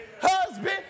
Husband